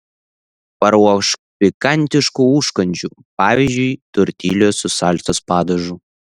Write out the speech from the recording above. paruošk pikantiškų užkandžių pavyzdžiui tortiljų su salsos padažu